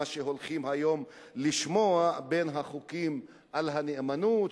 מה שהולכים היום לשמוע בין החוקים על הנאמנות,